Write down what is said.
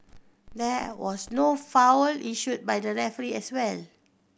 there was no foul issued by the referee as well